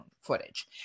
footage